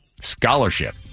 scholarship